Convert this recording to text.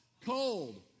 cold